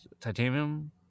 titanium